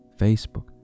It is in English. Facebook